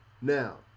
Now